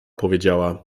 powiedziała